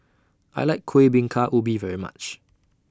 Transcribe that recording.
I like Kueh Bingka Ubi very much